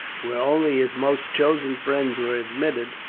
where only his most chosen friends were admitted,